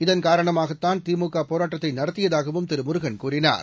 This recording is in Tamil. இதன்காரணமாக தான் திமுக போராட்டத்தை நடத்தியதாகவும் திரு முருகன் கூறினார்